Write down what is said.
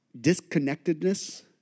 disconnectedness